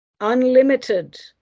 unlimited